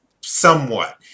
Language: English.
somewhat